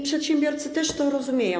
Przedsiębiorcy też to rozumieją.